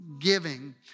giving